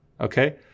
Okay